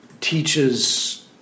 teaches